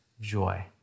joy